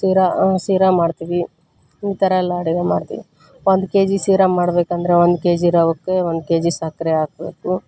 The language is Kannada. ಶೀರಾ ಶೀರಾ ಮಾಡ್ತೀವಿ ಈ ಥರಯೆಲ್ಲ ಅಡುಗೆ ಮಾಡ್ತೀವಿ ಒಂದು ಕೆಜಿ ಶೀರಾ ಮಾಡ್ಬೇಕಂದರೆ ಒಂದು ಕೆಜಿ ರವಕ್ಕೆ ಒಂದು ಕೆಜಿ ಸಕ್ಕರೆ ಹಾಕಬೇಕು